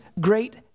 great